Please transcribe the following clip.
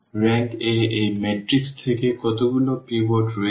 rank A এই matrix থেকে কতগুলি পিভট রয়েছে